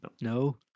No